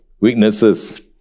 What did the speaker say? weaknesses